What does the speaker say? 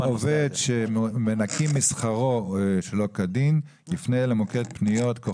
שעובד שמנכים משכרו שלא כדין יפנה למוקד פניות.